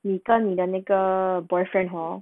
你跟你的那个 boyfriend hor